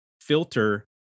filter